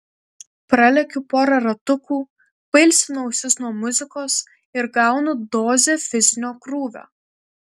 pralekiu porą ratukų pailsinu ausis nuo muzikos ir gaunu dozę fizinio krūvio